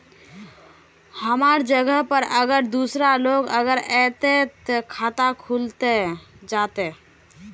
हमर जगह पर अगर दूसरा लोग अगर ऐते ते खाता खुल जते?